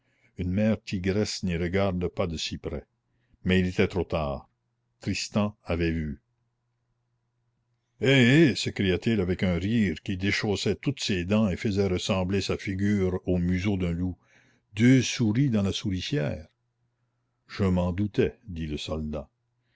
une mère tigresse n'y regarde pas de si près mais il était trop tard tristan avait vu hé hé s'écria-t-il avec un rire qui déchaussait toutes ses dents et faisait ressembler sa figure au museau d'un loup deux souris dans la souricière je m'en doutais dit le soldat